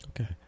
Okay